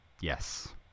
Yes